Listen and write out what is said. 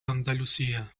andalusia